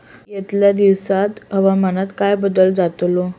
यतल्या दिवसात हवामानात काय बदल जातलो?